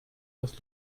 was